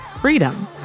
Freedom